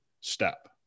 step